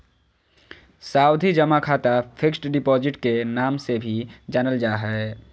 सावधि जमा खाता फिक्स्ड डिपॉजिट के नाम से भी जानल जा हय